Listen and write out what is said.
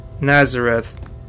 Nazareth